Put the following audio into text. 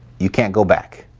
you can't go back.